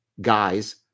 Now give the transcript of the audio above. guys